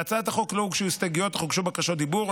להצעת החוק לא הוגשו הסתייגויות אך הוגשו בקשות רשות דיבור.